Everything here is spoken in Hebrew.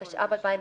התשע"ו-2016,